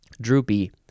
Droopy